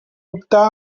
optar